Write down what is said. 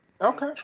Okay